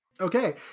okay